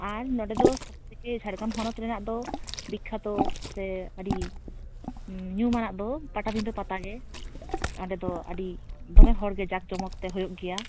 ᱟᱨ ᱱᱚᱸᱰᱮ ᱫᱚ ᱥᱚᱵ ᱛᱷᱮᱠᱮ ᱡᱷᱟᱲᱜᱨᱟᱢ ᱦᱚᱱᱚᱛ ᱨᱮᱱᱟᱜ ᱫᱚ ᱵᱤᱠᱠᱷᱟᱛᱚ ᱥᱮ ᱟᱹᱰᱤ ᱧᱩᱢᱟᱱᱟᱜ ᱫᱚ ᱯᱟᱴᱟᱵᱤᱷᱫᱷᱟᱹ ᱯᱟᱛᱟ ᱜᱮ ᱚᱸᱰᱮ ᱫᱚ ᱟᱹᱰᱤ ᱫᱚᱢᱮ ᱦᱚᱲᱜᱮ ᱡᱟᱸᱠ ᱡᱚᱢᱚᱠ ᱛᱮ ᱦᱩᱭᱩᱜ ᱜᱮᱭᱟ